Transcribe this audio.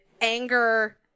anger